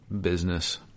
business